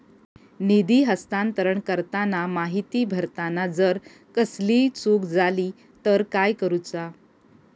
निधी हस्तांतरण करताना माहिती भरताना जर कसलीय चूक जाली तर काय करूचा?